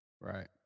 Right